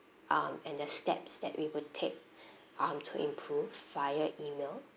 um and the steps that we would take um to improve via email